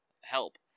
help